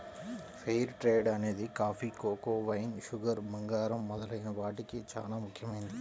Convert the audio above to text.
fair trade అనేది coffee, cocoa, wine, sugar, బంగారం మొదలైన వాటికి చానా ముఖ్యమైనది